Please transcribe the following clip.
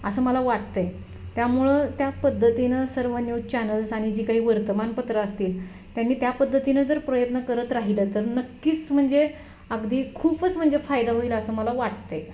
असं मला वाटतं आहे त्यामुळं त्या पद्धतीनं सर्व न्यूज चॅनल्स आणि जी काही वर्तमानपत्रं असतील त्यांनी त्या पद्धतीनं जर प्रयत्न करत राहिलं तर नक्कीच म्हणजे अगदी खूपच म्हणजे फायदा होईल असं मला वाटतं